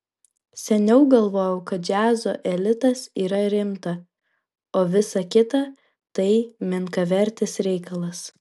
seniau galvojau kad džiazo elitas yra rimta o visa kita tai menkavertis reikalas